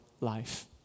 life